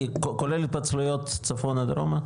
כולל התפצלויות צפונה דרומה?